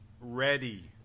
ready